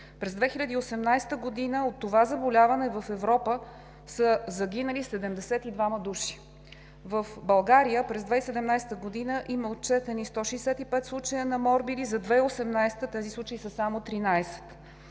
През 2018 г. от това заболяване в Европа са загинали 72 души. В България през 2017 г. има отчетени 165 случая на морбили, за 2018 г. тези случаи са само 13.